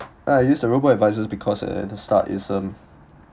I use the robot advisors because at the start it's um